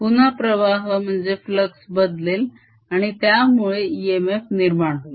पुन्हा प्रवाह बदलेल आणि त्यामुळे इएमएफ निर्माण होईल